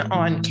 on